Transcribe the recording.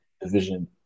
division